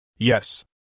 yes